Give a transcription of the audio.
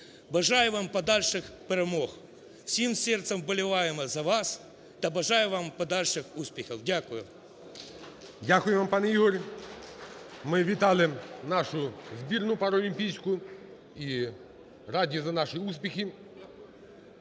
Бажаю вам подальших перемог. Всім серцем вболіваємо за вас та бажаю вам подальших успіхів. Дякую. ГОЛОВУЮЧИЙ. Дякую вам, пане Ігор. Ми вітали нашу збірну паралімпійську і раді за наші успіхи.